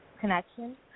connection